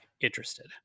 interested